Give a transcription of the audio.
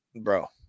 bro